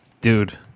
dude